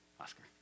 Oscar